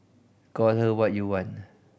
call her what you want